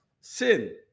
sin